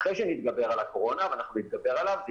אחרי שנתגבר על הקורונה ואנחנו נתגבר על הקורונה,